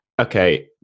okay